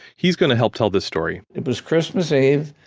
he's going to help tell this story it was christmas eve,